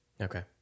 Okay